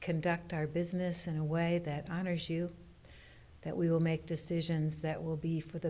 conduct our business in a way that honors you that we will make decisions that will be for the